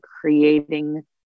creating